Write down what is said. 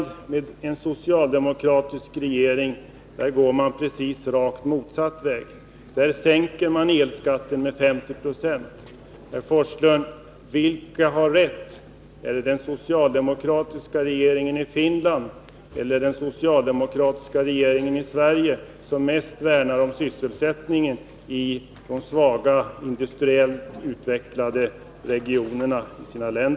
Den socialdemokratiska regeringen i Finland går precis rakt motsatt väg och sänker elskatten med 50 90. Vilken regering har rätt, Bo Forslund? Är det den socialdemokratiska regeringen i Finland eller den socialdemokratiska regeringen i Sverige som mest värnar om sysselsättningen i de industriellt svagt utvecklade regionerna i resp. land?